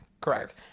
correct